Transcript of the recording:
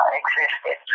existed